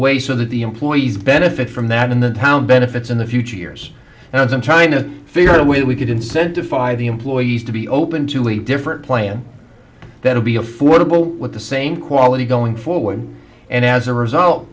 way so that the employees benefit from that in the town benefits in the future years and i'm trying to figure out a way that we could incentive five employees to be open to a different plan that will be affordable with the same quality going forward and as a result